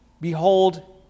Behold